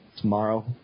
tomorrow